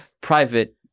Private